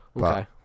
Okay